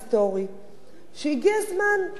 שהגיע הזמן לתקן אותו,